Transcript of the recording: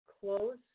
close